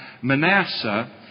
Manasseh